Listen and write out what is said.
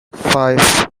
five